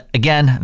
again